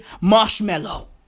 Marshmallow